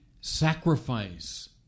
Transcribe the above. sacrifice